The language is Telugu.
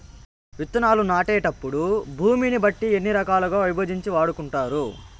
విత్తనాలు నాటేటప్పుడు భూమిని బట్టి ఎన్ని రకాలుగా విభజించి వాడుకుంటారు?